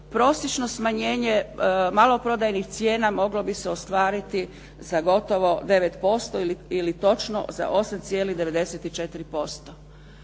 prosječno smanjenje maloprodajnih cijena moglo bi se ostvariti za gotovo 9% ili točno za 8,94%.